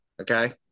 Okay